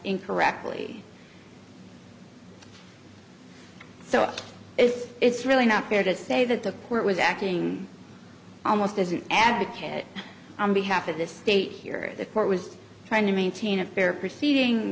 incorrectly so is it's really not fair to say that the court was acting almost as an advocate on behalf of the state here the court was trying to maintain a fair proceeding